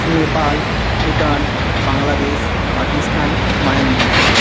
Nepal Bhutan Bangladesh Pakistan Myanmar